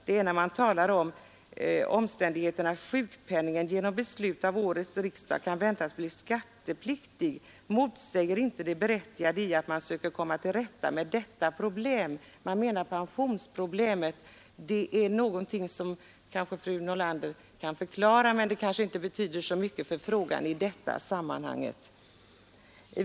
Man skriver här: ”Den omständigheten att sjukpenningen genom beslut av årets riksdag kan väntas bli skattepliktig motsäger inte det berättigade i att man söker komma till rätta med detta problem.” Man menar pensionsproblemet. Det är någonting som kanske fru Nordlander kan förklara, men det betyder kanske inte så mycket för frågan i detta sammanhang.